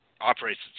operates